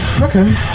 Okay